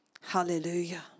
Hallelujah